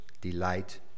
delight